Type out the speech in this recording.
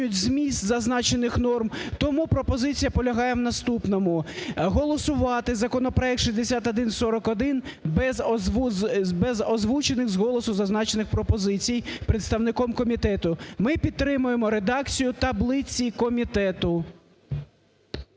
змінюють зміст зазначених норм. Тому пропозиція полягає в наступному. Голосувати законопроект 6141 без озвучених з голосу зазначених пропозицій представником комітету. Ми підтримуємо редакцію таблиці комітету.